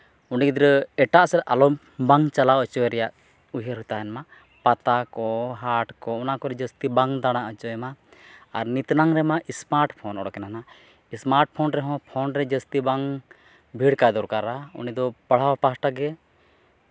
ᱩᱱᱤ ᱜᱤᱫᱽᱨᱟᱹ ᱮᱴᱟᱜ ᱥᱮᱫ ᱟᱞᱚ ᱵᱟᱝ ᱪᱟᱞᱟᱣ ᱦᱚᱪᱚᱭᱮ ᱨᱮᱭᱟᱜ ᱩᱭᱦᱟᱹᱨ ᱛᱟᱦᱮᱱ ᱢᱟ ᱯᱟᱛᱟ ᱠᱚ ᱦᱟᱴ ᱠᱚ ᱚᱱᱟ ᱠᱚᱨᱮ ᱡᱟᱹᱥᱛᱤ ᱵᱟᱝ ᱫᱟᱬᱟ ᱦᱚᱪᱚᱭᱮᱢᱟ ᱟᱨ ᱱᱤᱛᱱᱟᱝ ᱨᱮᱢᱟ ᱥᱢᱟᱨᱴ ᱯᱷᱳᱱ ᱩᱰᱩᱠᱮᱱᱟ ᱥᱢᱟᱨᱴ ᱯᱷᱳᱱ ᱨᱮᱦᱚᱸ ᱯᱷᱳᱱ ᱨᱮ ᱡᱟᱹᱥᱛᱤ ᱵᱟᱝ ᱵᱷᱤᱲ ᱠᱟᱭ ᱫᱚᱨᱠᱟᱨᱟ ᱩᱱᱤᱫᱚ ᱯᱟᱲᱦᱟᱣ ᱯᱟᱥᱴᱟᱜᱮ